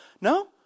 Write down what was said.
No